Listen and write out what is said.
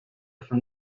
from